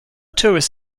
tourist